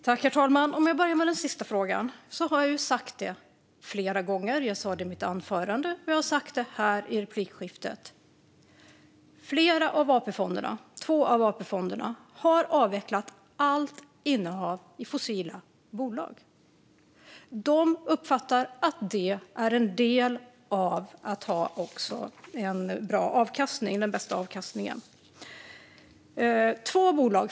Herr talman! Jag börjar med den sista frågan. Jag har sagt detta flera gånger. Jag sa det i mitt anförande, och jag har sagt det i replikskiftet. Två av AP-fonderna har avvecklat allt innehav i fossila bolag. De uppfattar att detta är en del i att också få den bästa avkastningen.